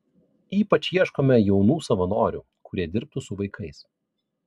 ypač ieškome jaunų savanorių kurie dirbtų su vaikais